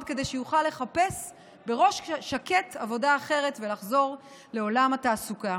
כדי שיוכל לחפש בראש שקט עבודה אחרת ולחזור לעולם התעסוקה.